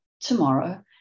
tomorrow